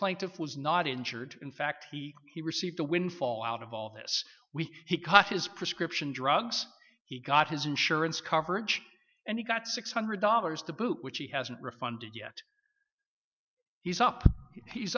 plaintiff was not injured in fact he he received a windfall out of all this week he cut his prescription drugs he got his insurance coverage and he got six hundred dollars to boot which he hasn't refunded yet he's up